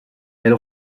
elle